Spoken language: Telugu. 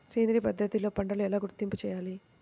సేంద్రియ పద్ధతిలో పంటలు ఎలా గుర్తింపు చేయాలి?